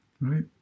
right